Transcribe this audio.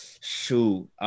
shoot